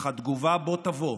אך התגובה בוא תבוא,